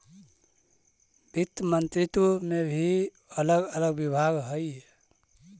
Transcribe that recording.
वित्त मंत्रित्व में भी अलग अलग विभाग हई